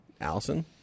Allison